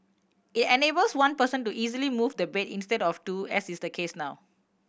it enables one person to easily move the bed instead of two as is the case now